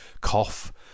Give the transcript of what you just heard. cough